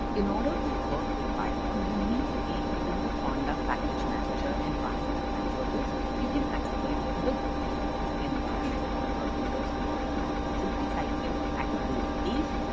in order to work with python, you need to be within the conda package manager environment. and for this, you can activate the default environment on your windows command prompt. simply type in activate base.